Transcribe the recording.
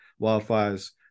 wildfires